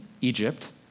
Egypt